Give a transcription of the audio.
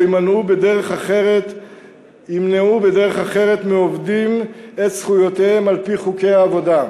או ימנעו בדרך אחרת מעובדים את זכויותיהם על-פי חוקי העבודה.